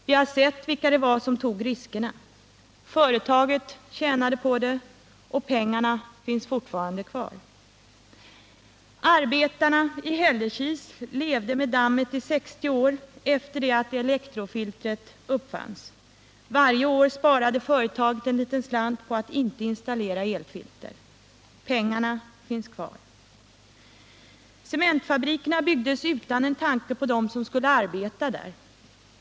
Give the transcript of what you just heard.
Vi har sett vilka det var som tog riskerna. Företaget tjänade på det, och pengarna finns fortfarande kvar. Arbetarna i Hällekis levde med dammet i 60 år efter det att elektrofiltret uppfanns. Varje år sparade företaget en liten slant på att inte installera elfilter. Pengarna finns kvar. Cementfabrikerna byggdes utan en tanke på dem som skulle arbeta där.